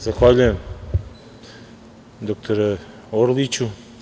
Zahvaljujem, dr Orliću.